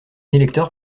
électeur